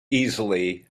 easily